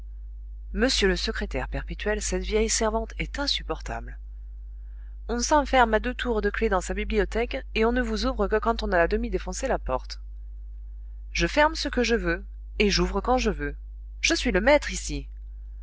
monsieur le secrétaire perpétuel cette vieille servante est insupportable on s'enferme à deux tours de clef dans sa bibliothèque et on ne vous ouvre que quand on a à demi défoncé la porte je ferme ce que je veux et j'ouvre quand je veux je suis le maître ici